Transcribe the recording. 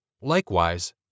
Likewise